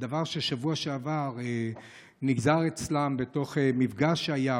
דבר שבשבוע שעבר נגזר אצלם בתוך מפגש שהיה,